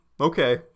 okay